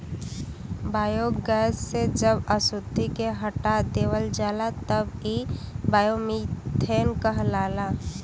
biogas से जब अशुद्धि के हटा देवल जाला तब इ बायोमीथेन कहलाला